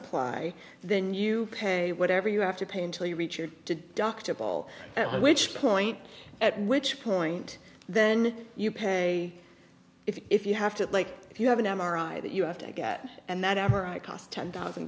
apply then you pay whatever you have to pay until you reach your deductible at which point at which point then you pay if you have to like if you have an m r i that you have to get and that m r i cost ten thousand